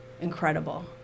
incredible